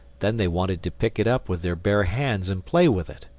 then they wanted to pick it up with their bare hands and play with it.